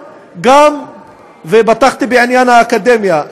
ופתחתי בעניין האקדמיה,